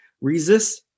Resist